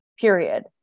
period